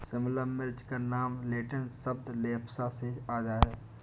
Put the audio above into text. शिमला मिर्च का नाम लैटिन शब्द लेप्सा से आया है